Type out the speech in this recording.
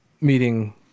meeting